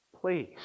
please